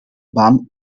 baan